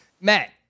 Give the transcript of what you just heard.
Matt